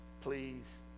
please